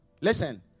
Listen